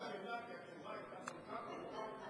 אנחנו לא זוכרים מה היתה השאלה,